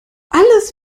alles